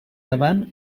davant